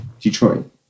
Detroit